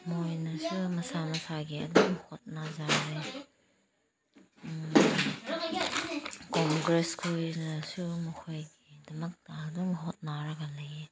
ꯃꯣꯏꯅꯁꯨ ꯑꯗꯨꯝ ꯃꯁꯥ ꯃꯁꯥꯒꯤ ꯑꯗꯨꯝ ꯍꯣꯠꯅꯖꯔꯦ ꯀꯣꯡꯒ꯭ꯔꯦꯁ ꯈꯣꯏꯅꯁꯨ ꯃꯈꯣꯏꯒꯤꯗꯃꯛꯇ ꯑꯗꯨꯝ ꯍꯣꯠꯅꯔꯒ ꯂꯩꯑꯦ